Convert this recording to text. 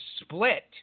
split